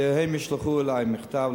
שהם ישלחו אלי מכתב,